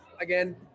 again